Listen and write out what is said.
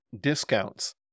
discounts